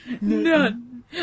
None